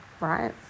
right